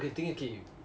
think a key